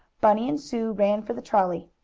bunny and sue ran for the trolley.